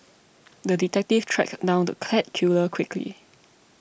the detective tracked down the cat killer quickly